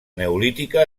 neolítica